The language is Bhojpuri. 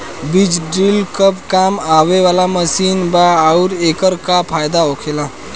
बीज ड्रील कब काम आवे वाला मशीन बा आऊर एकर का फायदा होखेला?